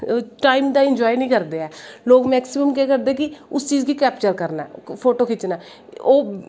time दा enjoy नी करदे हैन लोग मैकसिमम केह् करदे कि उस चीज़ गी कैप्चर करी लैंदे फोटो खिच्चनै ओह्